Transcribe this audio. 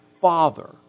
father